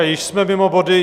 Již jsme mimo body.